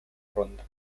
ronda